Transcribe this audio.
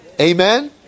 Amen